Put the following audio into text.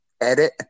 edit